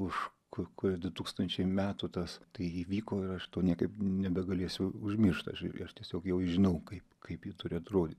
už ko kokiu du tūkstančiai metų tas tai įvyko ir aš to niekaip nebegalėsiu užmiršt aš aš tiesiog jau žinau kaip kaip ji turi atrodyt